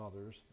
others